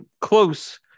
close